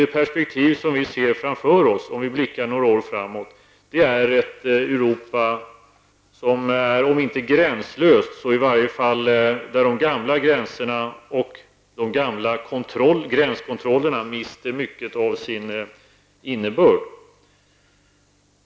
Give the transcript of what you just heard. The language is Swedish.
Det perspektiv som vi ser framför oss om vi blickar några år framåt, är ett om inte gränslöst Europa så i varje fall ett Europa där de gamla gränserna och de gamla gränskontrollerna mister mycket av sin innebörd.